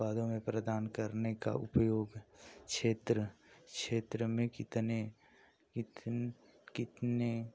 उत्पादों में प्रदान करने का उपयोग क्षेत्र क्षेत्र में कितने कित कितने